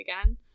again